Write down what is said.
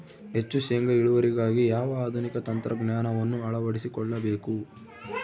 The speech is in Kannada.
ಹೆಚ್ಚು ಶೇಂಗಾ ಇಳುವರಿಗಾಗಿ ಯಾವ ಆಧುನಿಕ ತಂತ್ರಜ್ಞಾನವನ್ನು ಅಳವಡಿಸಿಕೊಳ್ಳಬೇಕು?